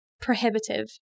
prohibitive